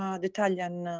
the italian,